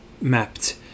mapped